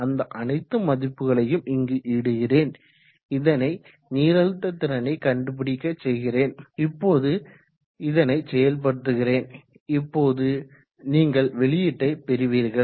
அந்த அனைத்து மதிப்புகளையும் இங்கு இடுகிறேன் இதனை நீரழுத்த திறன் கண்டுபிடிக்க செய்கிறேன் இப்போது இதனை செயல்படுத்துகிறேன் இப்போது நீங்கள் வெளியீட்டை பெறுவீர்கள்